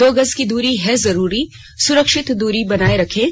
दो गज की दूरी है जरूरी सुरक्षित दूरी बनाए रखें